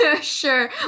sure